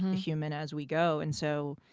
human as we go. and so,